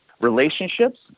relationships